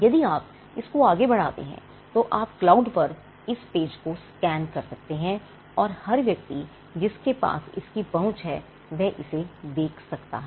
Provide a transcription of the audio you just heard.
यदि आप इस को आगे बढ़ाते हैं तो आप क्लाउड पर इस पेज को स्कैन कर सकते हैं और हर व्यक्ति जिसके पास इसकी पहुंच है वह इसे देख सकता है